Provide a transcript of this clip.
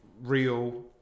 real